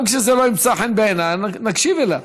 גם כשזה לא ימצא חן בעיניי, נקשיב לו.